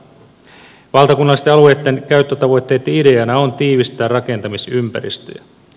valtakunnallisten alueitten käyttötavoitteitten ideana on tiivistää rakentamisympäristöjä